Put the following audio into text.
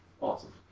Awesome